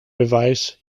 device